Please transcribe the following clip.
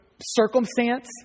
circumstance